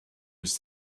was